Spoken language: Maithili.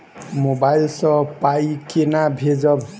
मोबाइल सँ पाई केना भेजब?